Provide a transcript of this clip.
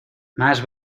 más